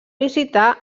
visitar